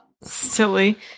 Silly